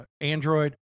Android